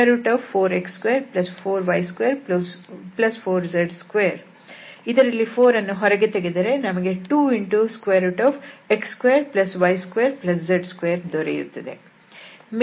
4x24y24z2 ಇದರಲ್ಲಿ 4 ಅನ್ನು ಹೊರತೆಗೆದರೆ ನಮಗೆ 2x2y2z2 ದೊರೆಯುತ್ತದೆ